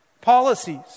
policies